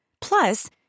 Plus